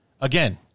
again